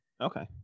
Okay